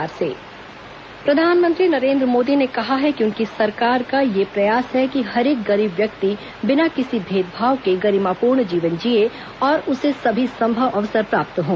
प्रधानमंत्री आरक्षण विधेयक प्रधानमंत्री नरेन्द्र मोदी ने कहा है कि उनकी सरकार का यह प्रयास है कि हरेक गरीब व्यक्ति बिना किसी भेदभाव के गरिमापूर्ण जीवन जिए और उसे सभी संभव अवसर प्राप्त हों